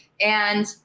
and-